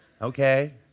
okay